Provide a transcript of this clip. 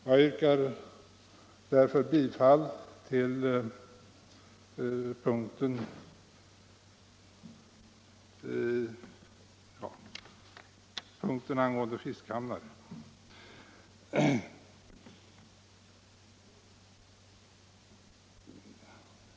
Jag ber att få yrka bifall till utskottets hemställan under punkten 27.